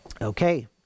Okay